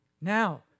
now